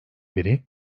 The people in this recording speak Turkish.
biri